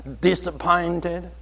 disappointed